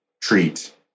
treat